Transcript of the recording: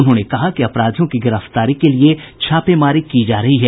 उन्होने कहा कि अपराधियों की गिरफ्तारी के लिये छापेमारी की जा रही है